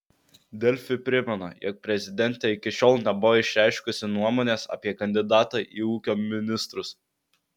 delfi primena jog prezidentė iki šiol nebuvo išreiškusi nuomonės apie kandidatą į ūkio ministrus